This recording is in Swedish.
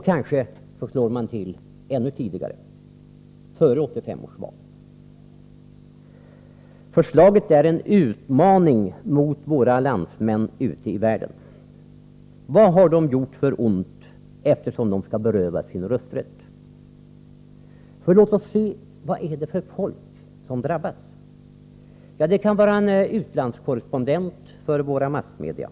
Kanske slår man till ännu tidigare — före 1985 års val. Förslaget är en utmaning mot våra landsmän ute i världen. Vad har de gjort för ont för att berövas sin rösträtt? Låt oss se vilka människor som drabbas. Det kan vara en utlandskorrespondent för våra massmedia.